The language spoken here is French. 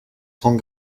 sont